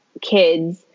kids